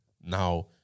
now